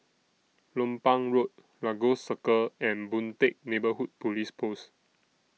Lompang Road Lagos Circle and Boon Teck Neighbourhood Police Post